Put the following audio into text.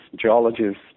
geologists